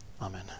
Amen